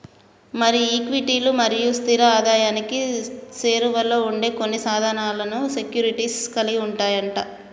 మరి ఈక్విటీలు మరియు స్థిర ఆదాయానికి సేరువలో ఉండే కొన్ని సాధనాలను సెక్యూరిటీస్ కలిగి ఉంటాయి అంట